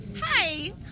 Hi